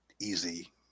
easy